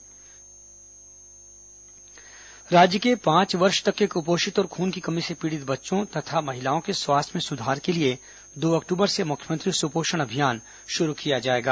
सुपोषण अभियान राज्य में पांच वर्ष तक के कुपोषित और खून की कमी से पीड़ित बच्चों तथा महिलाओं के स्वास्थ्य में सुधार के लिए दो अक्टूबर से मुख्यमंत्री सुपोषण अभियान शुरू किया जाएगा